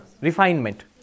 refinement